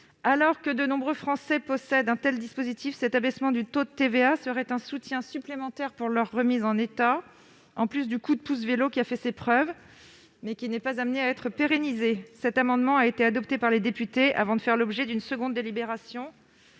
Alors que de nombreux Français possèdent un tel équipement, l'abaissement du taux de TVA sera un soutien supplémentaire pour sa remise en état, en plus du « coup de pouce vélo » qui a fait ses preuves, mais qui n'est pas amené à être pérennisé. Cet amendement a été adopté par les députés avant de faire l'objet d'une seconde délibération